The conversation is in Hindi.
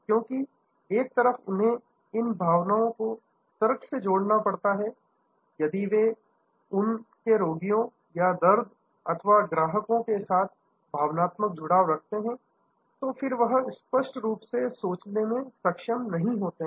क्योंकि एक तरफ उन्हें इन भावनाओं को तर्क से जोड़ना पड़ता है यदि वे उनके रोगियों या दर्द अथवा ग्राहकों के साथ भावनात्मक जुड़ाव रखते हैं तो फिर वह स्पष्ट रूप से सोचने में सक्षम नहीं होते हैं